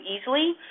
easily